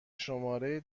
شماره